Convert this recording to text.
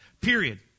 Period